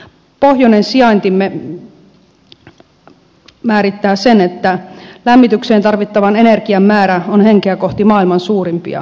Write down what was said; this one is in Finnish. pohjoinen sijaintimme määrittää sen että lämmitykseen tarvittavan energian määrä on henkeä kohti maailman suurimpia